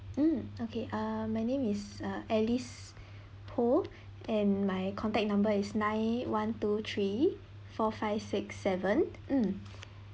mm okay uh my name is err alice pooh and my contact number is nine one two three four five six seven mm